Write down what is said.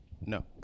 No